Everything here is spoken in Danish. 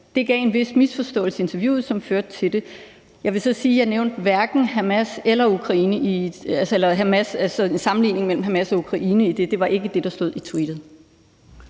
Det gav en vis misforståelse i interviewet, som førte til det. Jeg vil så sige, at jeg ikke lavede en sammenligning mellem Hamas og Ukraine. Det var ikke det, der stod i tweetet.